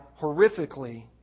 horrifically